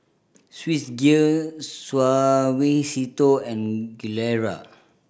Swissgear Suavecito and Gilera